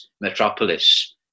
metropolis